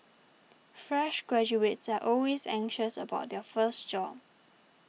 fresh graduates are always anxious about their first job